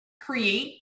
create